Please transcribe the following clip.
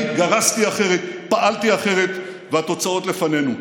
אני גרסתי אחרת, פעלתי אחרת, והתוצאות לפנינו.